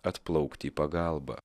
atplaukti į pagalbą